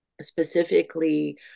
specifically